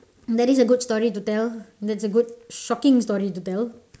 that is a good story to tell that's a good shocking story to tell